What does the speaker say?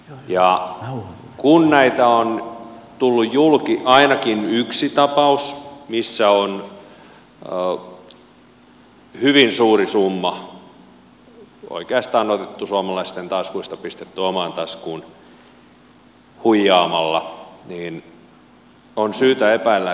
ja kun näitä on tullut julki ainakin yksi tapaus missä on hyvin suuri summa oikeastaan otettu suomalaisten taskuista pistetty omaan taskuun huijaamalla niin on syytä epäillä että näitä on enemmänkin